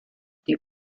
die